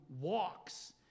walks